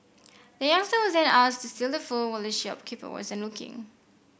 the youngster was then asked to steal the phone while the shopkeeper wasn't looking